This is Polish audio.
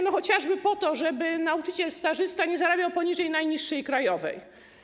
No chociażby po to, żeby nauczyciel stażysta nie zarabiał poniżej najniższej krajowej.